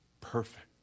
perfect